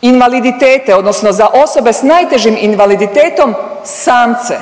invaliditete, odnosno za osobe s najtežim invaliditetom samce,